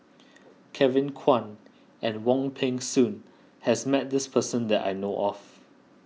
Kevin Kwan and Wong Peng Soon has met this person that I know of